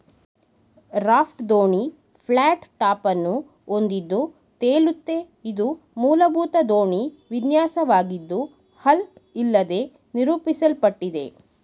raft ದೋಣಿ flat ಟಾಪನ್ನು ಹೊಂದಿದ್ದು ತೇಲುತ್ತೆ ಇದು ಮೂಲಭೂತ ದೋಣಿ ವಿನ್ಯಾಸವಾಗಿದ್ದು ಹಲ್ ಇಲ್ಲದೇ ನಿರೂಪಿಸಲ್ಪಟ್ಟಿದೆ